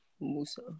Musa